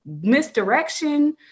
misdirection